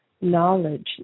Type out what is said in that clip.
knowledge